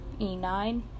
E9